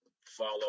follow